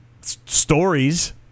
stories